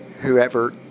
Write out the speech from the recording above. whoever